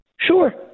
Sure